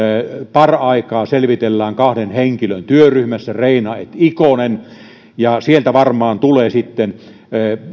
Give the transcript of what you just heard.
paraikaa selvitellään kahden henkilön työryhmässä reina ja ikonen ja sieltä varmaan tulee sitten